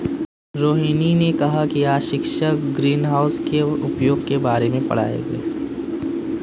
रोहिनी ने कहा कि आज शिक्षक ग्रीनहाउस के उपयोग के बारे में पढ़ाएंगे